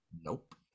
Nope